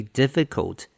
difficult